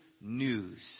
news